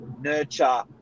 nurture